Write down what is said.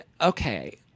Okay